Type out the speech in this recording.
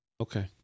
Okay